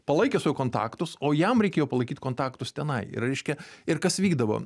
palaikė su juo kontaktus o jam reikėjo palaikyt kontaktus tenai ir reiškia ir kas vykdavo